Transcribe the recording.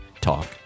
Talk